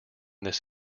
this